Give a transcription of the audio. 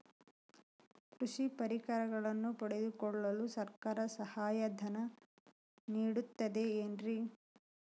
ಕೃಷಿ ಪರಿಕರಗಳನ್ನು ಪಡೆದುಕೊಳ್ಳಲು ಸರ್ಕಾರ ಸಹಾಯಧನ ನೇಡುತ್ತದೆ ಏನ್ರಿ?